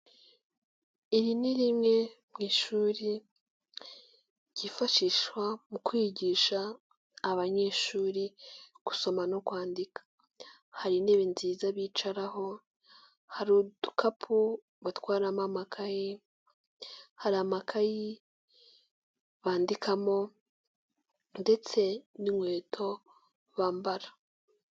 Iri ni rimwe mu ishuri ryifashishwa mu kwigisha abanyeshuri gusoma no kwandika. Hari intebe nziza bicaraho, hari udukapu batwaramo amakaye, hari amakayi bandikamo ndetse n'inkweto bambara.